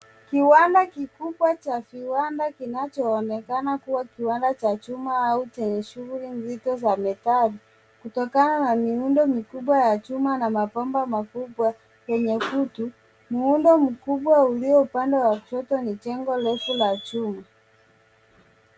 Kiwanja kikubwa cha kiwanda kinachoonekana kuwa kiwanda cha chuma au chenye shughuli nzito za metal kutokana na miundo mikubwa ya chuma na mabomba makubwa yenye kutu. Muundo mkubwa ulio upande wa kushoto ni jengo refu la chuma.